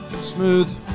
Smooth